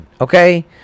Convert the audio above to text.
okay